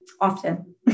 Often